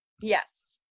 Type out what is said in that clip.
Yes